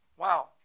Wow